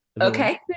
Okay